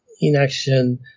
inaction